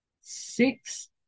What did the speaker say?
six